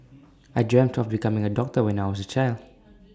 I dreamt of becoming A doctor when I was A child